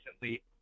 recently